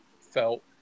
felt